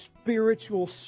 spiritual